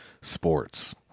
sports